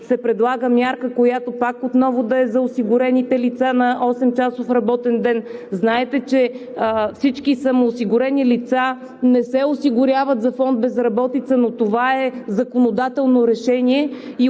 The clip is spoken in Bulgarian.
се предлага мярка, която да е за осигурените лица на 8-часов работен ден. Знаете, че всички самоосигурени лица не се осигуряват за фонд „Безработица“, но това е законодателно решение